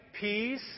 peace